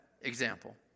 example